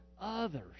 others